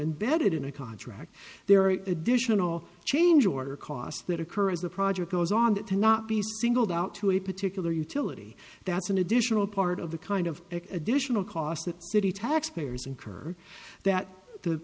embedded in a contract there are additional change order costs that occur as the project goes on that cannot be singled out to a particular utility that's an additional part of the kind of additional cost that city taxpayers incur that the